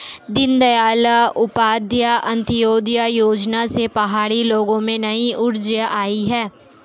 दीनदयाल उपाध्याय अंत्योदय योजना से पहाड़ी लोगों में नई ऊर्जा आई है